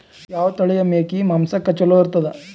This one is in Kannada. ಯಾವ ತಳಿಯ ಮೇಕಿ ಮಾಂಸಕ್ಕ ಚಲೋ ಇರ್ತದ?